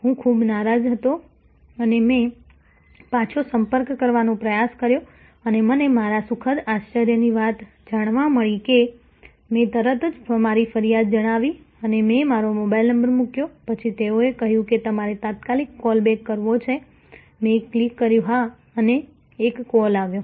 હું ખૂબ નારાજ હતો અને મેં પાછો સંપર્ક કરવાનો પ્રયાસ કર્યો અને મને મારા સુખદ આશ્ચર્યની વાત જાણવા મળી કે મેં તરત જ મારી ફરિયાદ જણાવી અને મેં મારો મોબાઇલ નંબર મૂક્યો પછી તેઓએ કહ્યું કે તમારે તાત્કાલિક કૉલ બેક કરવો છે મેં ક્લિક કર્યું હા અને એક કોલ આવ્યો